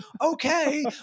okay